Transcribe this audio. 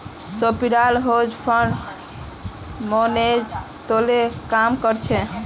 सोपीराल hedge fund manager तोत काम कर छ